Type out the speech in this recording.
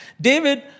David